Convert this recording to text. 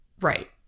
Right